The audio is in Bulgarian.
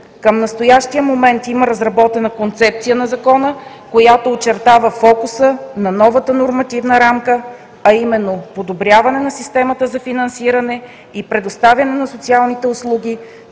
Към настоящия момент има разработена концепция на Закона, която очертава фокуса на новата нормативна рамка, а именно подобряване системата за финансиране и предоставяне на социалните услуги,